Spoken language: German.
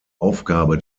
aufgabe